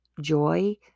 joy